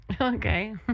Okay